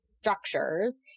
structures